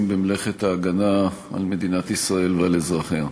במלאכת ההגנה על מדינת ישראל ועל אזרחיה.